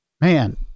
man